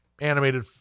animated